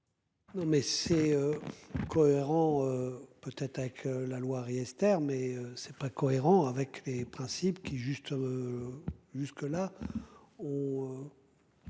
Non mais c'est. Cohérent. Peut être avec la loi Riester mais c'est pas cohérent avec les principes qui juste.